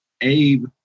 Abe